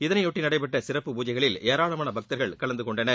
இதனையொட்டி நடைபெற்ற சிறப்பு பூஜைகளில் ஏராளமான பக்தர்கள் கலந்து கொண்டனர்